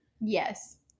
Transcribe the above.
Yes